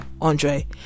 andre